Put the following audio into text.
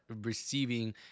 receiving